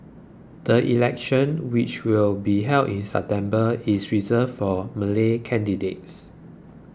the election which will be held in September is reserved for Malay candidates